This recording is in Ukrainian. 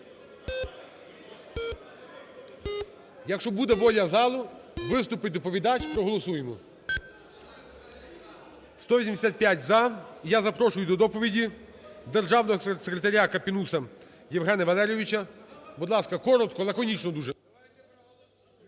Якщо буде воля залу, виступить доповідач, проголосуємо. 17:34:17 За-185 І я запрошую до доповіді Державного секретаря Капінуса Євгена Валерійовича. Будь ласка, коротко, лаконічно дуже.